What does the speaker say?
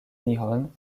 nihon